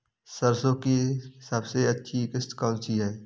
सरसो की सबसे अच्छी किश्त कौन सी है?